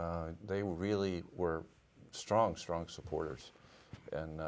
know they really were strong strong supporters and